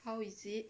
how is it